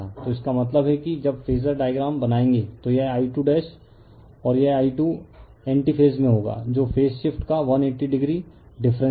तो इसका मतलब है कि जब फेजर डायग्राम बनाएँगे तो यह I2 और यह I2 एंटी फेज में होगा जो फेज शिफ्ट का 180 डिग्री डिफरेंस है